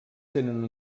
tenen